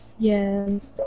Yes